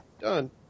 Done